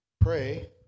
pray